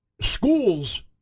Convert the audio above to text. schools